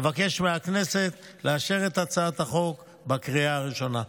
אבקש מהכנסת לאשר את הצעת החוק בקריאה הראשונה.